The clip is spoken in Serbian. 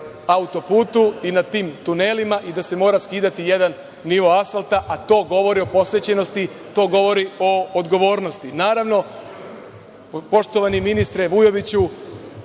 autoputu i na tim tunelima i da se mora skidati jedan nivo asfalta, a to govori o posvećenosti, to govori o odgovornosti. Naravno, poštovani ministre Vujoviću,